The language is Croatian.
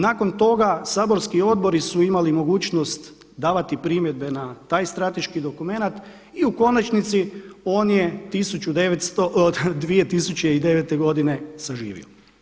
Nakon toga saborski odbori su imali mogućnost davati primjedbe na taj strateški dokumenat i u konačnici on je 2009. godine saživio.